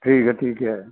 ਠੀਕ ਹੈ ਠੀਕ ਹੈ